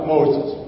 Moses